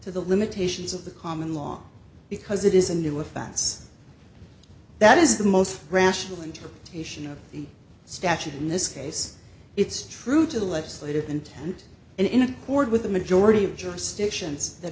to the limitations of the common law because it is a new offense that is the most rational interpretation of the statute in this case it's true to the legislative intent and in accord with the majority of jurisdictions that